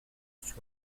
sur